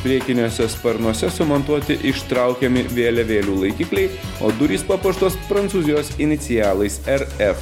priekiniuose sparnuose sumontuoti ištraukiami vėliavėlių laikikliai o durys papuoštos prancūzijos inicialais r f